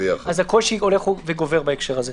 הקושי הולך וגובר בהקשר הזה.